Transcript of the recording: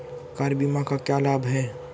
Car बीमा का क्या लाभ है?